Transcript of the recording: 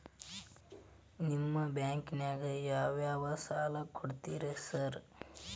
ನಿಮ್ಮ ಬ್ಯಾಂಕಿನಾಗ ಯಾವ್ಯಾವ ಸಾಲ ಕೊಡ್ತೇರಿ ಸಾರ್?